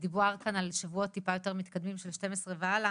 דובר כאן על שבועות טיפה יותר מתקדמים של 12 והלאה,